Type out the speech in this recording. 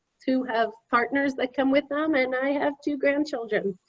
two have partners that come with them. and i have two grandchildren.